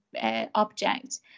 object